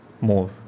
more